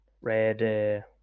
red